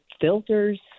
filters